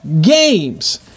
games